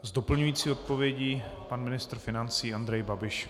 S doplňující odpovědí pan ministr financí Andrej Babiš.